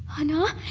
i know! what